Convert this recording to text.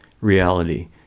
reality